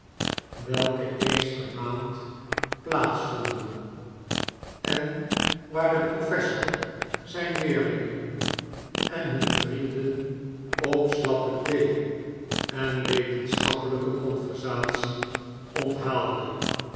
welke eens per maand plaats vonden en waar de professor zijn leerlingen en hun vrienden op slappe thee en wetenschappelijke conversatie onthaalde